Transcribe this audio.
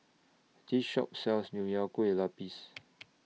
This Shop sells Nonya Kueh Lapis